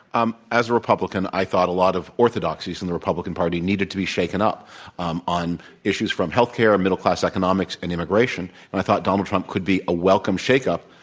um as a republican, i thought a lot of orthodoxies in the republican party needed to be shaken up um on issues from health care, middle class economics, and immigration. and i thought donald trump could be a welcome shakeup.